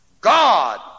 God